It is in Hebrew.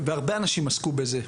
והרבה אנשים עסקו בזה,